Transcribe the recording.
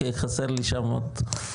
כי חסר לי שם עוד,